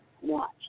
watch